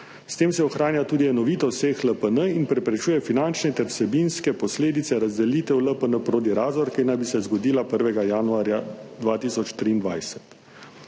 S tem se ohranja tudi enovitost vseh LPN in preprečuje finančne ter vsebinske posledice razdelitve LPN Prodi Razor, ki naj bi se zgodila 1. januarja 2023.